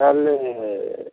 ତା'ହେଲେ